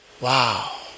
Wow